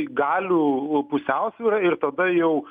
galių pusiausvyra ir tada jau